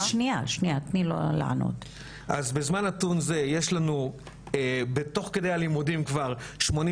אז בזמן נתון זה יש לנו תוך כדי הלימודים כבר שמונים